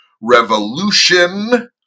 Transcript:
Revolution